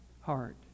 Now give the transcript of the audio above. heart